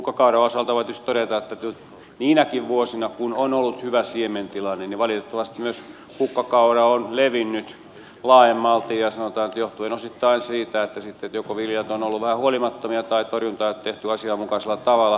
hukkakauran osalta voi tietysti todeta että niinäkin vuosina kun on ollut hyvä siementilanne valitettavasti hukkakaura on levinnyt laajemmalti ja sanotaan että johtuen osittain siitä että joko viljelijät ovat olleet vähän huolimattomia tai torjuntaa ei ole tehty asianmukaisella tavalla tai on tapahtunut jotain muuta